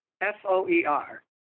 F-O-E-R